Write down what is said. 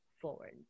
forward